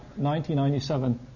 1997